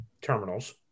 terminals